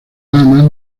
damas